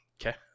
Okay